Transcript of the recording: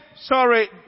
sorry